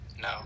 no